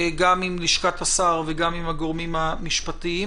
גם עם לשכת השר וגם עם הגורמים המשפטיים.